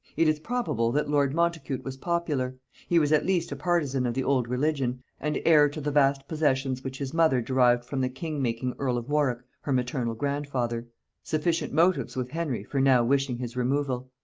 it is probable that lord montacute was popular he was at least a partisan of the old religion, and heir to the vast possessions which his mother derived from the king-making earl of warwick her maternal grandfather sufficient motives with henry for now wishing his removal.